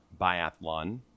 biathlon